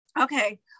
okay